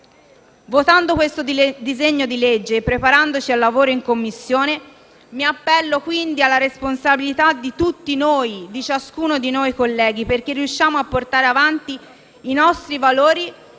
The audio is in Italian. Votando il disegno di legge in esame e preparandoci al lavoro in Commissione, mi appello quindi alla responsabilità di tutti noi - di ciascuno di noi, colleghi - perché riusciamo a portare avanti i nostri valori,